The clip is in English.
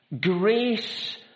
grace